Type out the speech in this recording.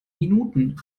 minuten